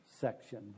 section